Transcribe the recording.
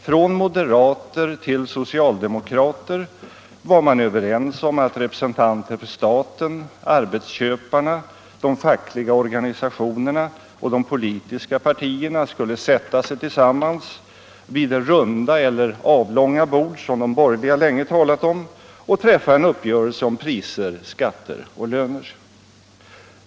Från moderater till socialdemokrater var man överens om att representanter för staten, arbetsköparna, de fackliga organisationerna och de politiska partierna skulle sätta sig tillsammans vid det runda eller avlånga bord, som de borgerliga länge talat om, och träffa en uppgörelse om priser, skatter och löner.